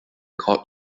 called